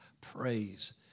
praise